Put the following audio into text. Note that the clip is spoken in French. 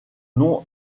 nom